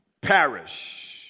perish